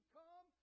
come